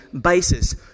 basis